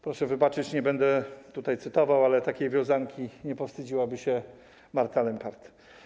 Proszę wybaczyć, że nie będę tutaj cytował, ale takiej wiązanki nie powstydziłaby się Marta Lempart.